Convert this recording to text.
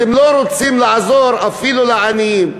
אתם לא רוצים לעזור אפילו לעניים.